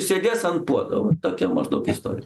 sėdės ant puodo tokia maždaug istori